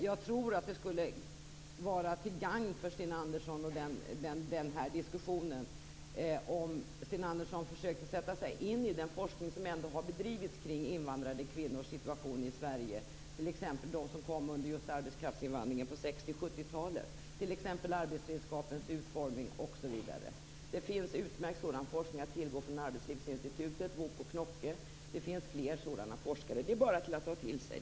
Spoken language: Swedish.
Jag tror att det skulle vara till gagn för Sten Andersson och den här diskussionen om han försökte att sätta sig in i den forskning som har bedrivits kring invandrade kvinnors situation i Sverige - t.ex. när det gäller de som kom under arbetskraftsinvandringen på 60 och 70-talen - beträffande bl.a. arbetsredskapens utformning. Det finns utmärkt sådan forskning av Wuokko Knocke m.fl. forskare från Arbetslivsinstitutet att tillgå. Det är bara att ta till sig.